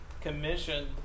commissioned